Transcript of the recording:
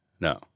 no